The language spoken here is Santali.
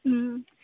ᱦᱩᱸ